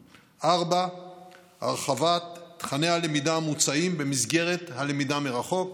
4. הרחבת תוכני הלמידה המוצעים במסגרת הלמידה מרחוק,